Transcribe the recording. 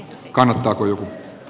kanadan